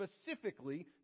specifically